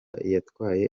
yatwaye